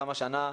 גם השנה,